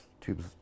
tubes